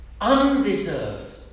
Undeserved